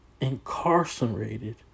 incarcerated